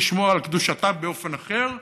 לשמור על קדושתה באופן אחר.